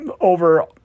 over